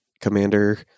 commander